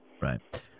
Right